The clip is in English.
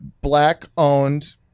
Black-owned